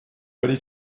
ready